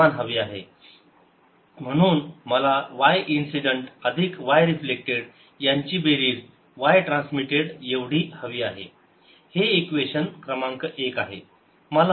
म्हणून मला y incident अधिक y रिफ्लेक्टेड यांची बेरीज y ट्रान्समिटेड एवढी हवी आहे हे इक्वेशन क्रमांक एक आहे